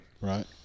Right